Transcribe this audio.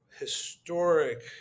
historic